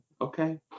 okay